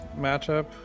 matchup